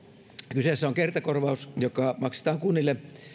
kyseessä on kertakorvaus joka maksetaan kunnille